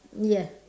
ya